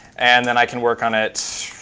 and then i can work on it